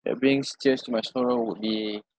that brings tears to my sorrow would be